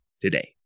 today